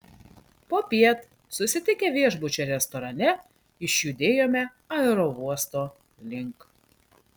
popiet susitikę viešbučio restorane išjudėjome aerouosto link